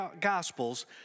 Gospels